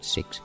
Six